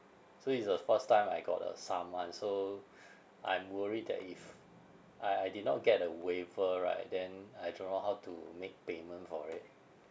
so is the first time I got a saman so I'm worried that if I I did not get a waiver right then I don't know how to make payment for it